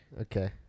Okay